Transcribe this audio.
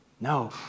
No